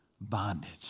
bondage